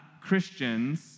Christians